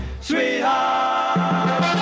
Sweetheart